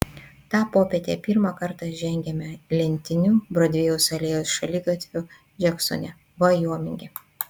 tą popietę pirmą kartą žengiame lentiniu brodvėjaus alėjos šaligatviu džeksone vajominge